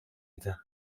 idi